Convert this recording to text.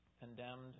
condemned